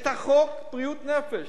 את חוק בריאות הנפש.